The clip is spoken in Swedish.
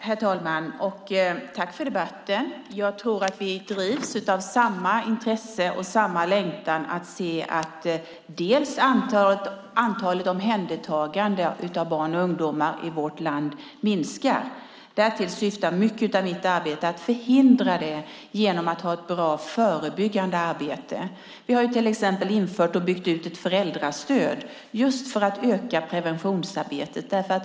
Herr talman! Jag vill tacka för debatten. Jag tror att vi drivs av samma intresse och samma längtan att se att antalet omhändertaganden av barn och ungdomar i vårt land minskar. Därtill syftar mycket av mitt arbete. Vi ska förhindra omhändertaganden genom ett bra förebyggande arbete. Vi har till exempel infört och byggt ut ett föräldrastöd för att öka preventionsarbetet.